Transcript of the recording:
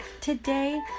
Today